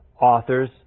authors